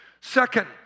Second